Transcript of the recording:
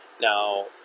Now